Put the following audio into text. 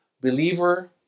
Believer